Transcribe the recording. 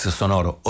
sonoro